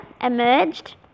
emerged